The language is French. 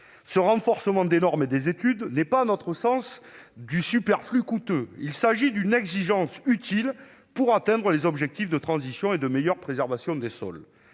Ce renforcement des normes et des études n'est pas, à notre sens, du « superflu coûteux ». C'est en effet utile pour atteindre les objectifs de transition et de meilleure préservation des sols.